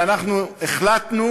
ואנחנו החלטנו